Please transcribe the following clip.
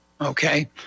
okay